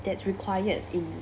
that's required in